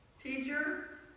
Teacher